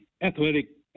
athletic